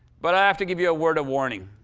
but i have to give you a word of warning.